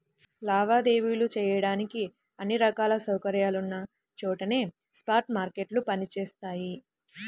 లావాదేవీలు చెయ్యడానికి అన్ని రకాల సౌకర్యాలున్న చోటనే స్పాట్ మార్కెట్లు పనిచేత్తయ్యి